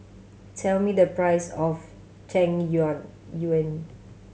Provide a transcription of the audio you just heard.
tell me the price of tang yuen